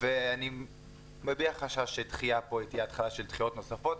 ואני מביע חשש שדחייה פה תהיה תחילה של דחיות נוספות.